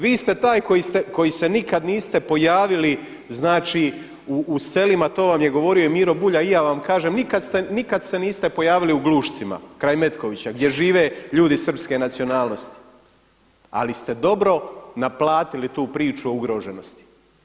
Vi ste taj koji se nikad niste pojavili u selima, to vam je govorio i Miro Bulj, a i ja vam kažem, nikad se niste pojavili u Glušcima kraj Metkovića gdje žive ljudi srpske nacionalnosti, ali ste dobro naplatili tu priču o ugroženosti.